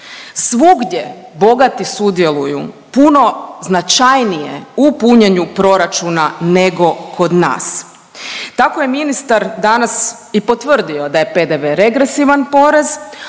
Svugdje bogati sudjeluju puno značajnije u punjenju proračuna nego kod nas. Tako je ministar danas i potvrdio da je PDV regresivan porez,